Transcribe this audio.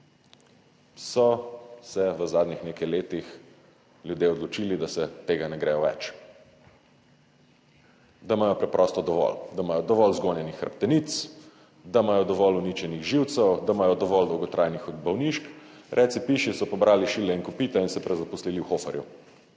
so se v zadnjih nekaj letih ljudje odločili, da se tega ne gredo več, da imajo preprosto dovolj, da imajo dovolj zgonjenih hrbtenic, da imajo dovolj uničenih živcev, da imajo dovolj dolgotrajnih bolnišk, reci piši, so pobrali šile in kopita in se prezaposlili v Hoferju